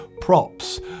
props